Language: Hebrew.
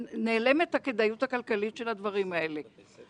אין בשום אמנה בינלאומית התחייבות לפיצויים ללא הוכחת נזק.